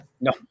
No